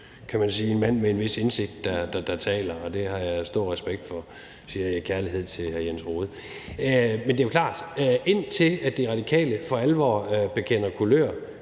kan man sige, vis indsigt, der taler, og det har jeg stor respekt for – siger jeg i kærlighed til hr. Jens Rohde. Men det er klart, at indtil De Radikale for alvor bekender kulør,